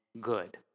good